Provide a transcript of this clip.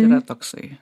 yra toksai